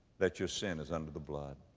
that your sin is under the blood?